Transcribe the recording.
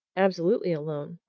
absolutely alone,